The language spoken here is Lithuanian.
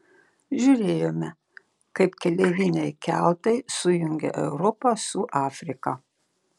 žiūrėjome kaip keleiviniai keltai sujungia europą su afrika